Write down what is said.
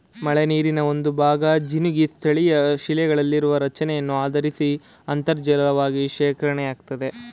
ಮಳೆನೀರಿನ ಒಂದುಭಾಗ ಜಿನುಗಿ ಸ್ಥಳೀಯಶಿಲೆಗಳಲ್ಲಿರುವ ರಚನೆಯನ್ನು ಆಧರಿಸಿ ಅಂತರ್ಜಲವಾಗಿ ಶೇಖರಣೆಯಾಗ್ತದೆ